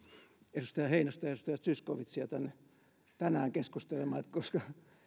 edustaja heinosta ja edustaja zyskowiczia tänne tänään keskustelemaan koska